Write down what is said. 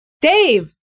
Dave